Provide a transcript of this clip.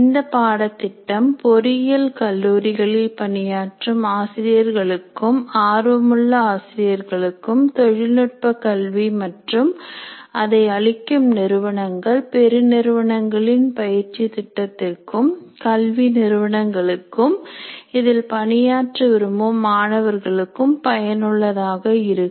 இந்த பாடத்திட்டம் பொறியியல் கல்லூரிகளில் பணியாற்றும் ஆசிரியர்களுக்கும் ஆர்வமுள்ள ஆசிரியர்களுக்கும் தொழில்நுட்பக் கல்வி மற்றும் அதை அளிக்கும் நிறுவனங்கள் பெருநிறுவனங்களின் பயிற்சி திட்டத்திற்கும் கல்வி நிறுவனங்களுக்கும் இதில் பணியாற்ற விரும்பும் மாணவர்களுக்கு பயனுள்ளதாக இருக்கும்